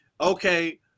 okay